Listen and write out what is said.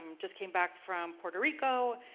just came back from puerto rico,